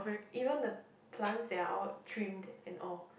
even the plants they are all trimmed and all